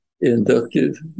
inductive